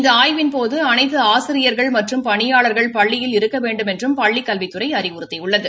இந்த ஆய்வின்போது அனைத்து ஆசிரியர்கள் மற்றும் பணியாளர்கள் பள்ளியில் இருக்க வேண்டுமென்றும் பள்ளிக் கல்வித்துறை அறிவுறுத்தியுள்ளது